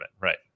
right